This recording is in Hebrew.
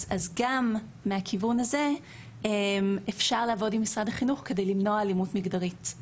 אז גם מהכיוון הזה אפשר לעבוד עם משרד החינוך כדי למנוע אלימות מגדרית.